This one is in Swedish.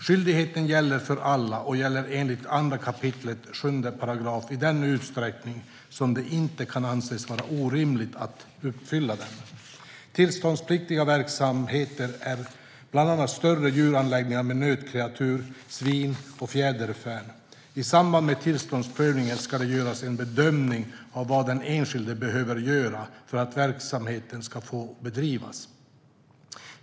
Skyldigheten gäller för alla och gäller enligt 2 kap. 7 § i den utsträckning som det inte kan anses vara orimligt att uppfylla dem. Tillståndspliktiga verksamheter är bland annat större djuranläggningar med nötkreatur, svin och fjäderfän. I samband med tillståndsprövning ska det göras en bedömning av vad den enskilde behöver göra för att verksamheten ska få bedrivas.